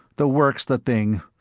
the work's the thing.